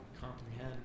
comprehend